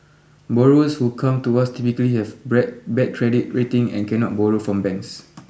borrowers who come to us typically have bad credit rating and cannot borrow from banks